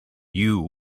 you